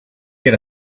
get